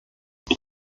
wir